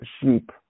sheep